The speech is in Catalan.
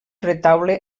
retaule